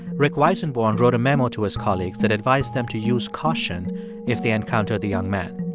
rick weissenborn wrote a memo to his colleagues that advised them to use caution if they encountered the young man